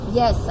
yes